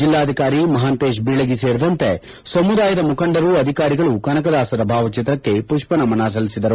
ಜಿಲ್ಲಾಧಿಕಾರಿ ಮಹಾಂತೇಶ್ ಬೀಳಗಿ ಸೇರಿದಂತೆ ಸಮುದಾಯದ ಮುಖಂಡರು ಅಧಿಕಾರಿಗಳು ಕನಕದಾಸರ ಭಾವಚಿತ್ರಕ್ಕೆ ಪುಷ್ಪನಮನ ಸಲ್ಲಿಸಿದರು